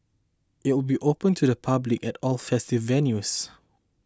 it will be open to the public at all festival venues